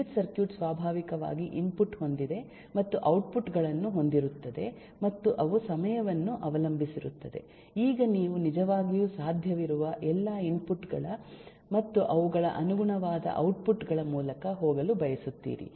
ವಿದ್ಯುತ್ ಸರ್ಕ್ಯೂಟ್ ಸ್ವಾಭಾವಿಕವಾಗಿ ಇನ್ಪುಟ್ ಹೊಂದಿದೆ ಮತ್ತು ಔಟ್ಪುಟ್ ಗಳನ್ನು ಹೊಂದಿರುತ್ತದೆ ಮತ್ತು ಅವು ಸಮಯವನ್ನು ಅವಲಂಬಿಸಿರುತ್ತದೆಈಗ ನೀವು ನಿಜವಾಗಿಯೂ ಸಾಧ್ಯವಿರುವ ಎಲ್ಲ ಇನ್ಪುಟ್ ಗಳ ಮತ್ತು ಅವುಗಳ ಅನುಗುಣವಾದ ಔಟ್ಪುಟ್ ಗಳ ಮೂಲಕ ಹೋಗಲು ಬಯಸುತ್ತೀರಿ